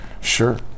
Sure